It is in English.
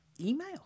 email